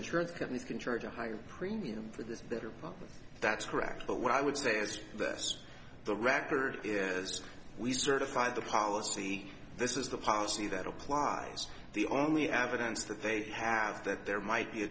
insurance companies can charge a higher premium for this better problem that's correct but what i would say is this the record as we certified the policy this is the policy that applies the only evidence that they have that there might be a